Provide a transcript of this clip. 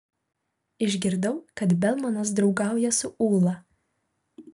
išgirdau kad belmanas draugauja su ūla